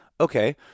okay